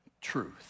truth